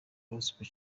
gospel